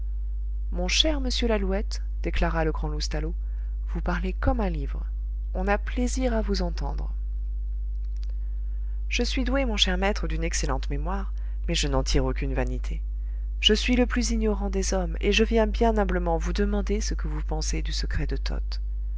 mon cher monsieur lalouette déclara le grand loustalot vous parlez comme un livre on a plaisir à vous entendre je suis doué mon cher maître d'une excellente mémoire mais je n'en tire aucune vanité je suis le plus ignorant des hommes et je viens bien humblement vous demander ce que vous pensez du secret de toth